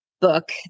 book